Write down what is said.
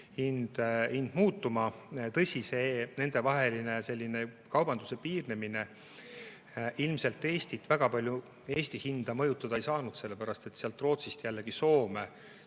hind muutuma. Tõsi on see, et nendevaheline kaubanduse piiramine ilmselt väga palju Eesti hinda mõjutada ei saanud, sellepärast et Rootsist jällegi Soome